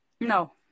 No